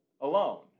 alone